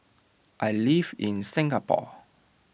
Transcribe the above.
I live in Singapore